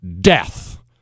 death